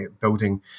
building